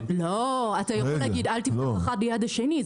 אתה יכול להגיד לו --- ביד השנייה.